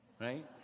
Right